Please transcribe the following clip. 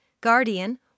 guardian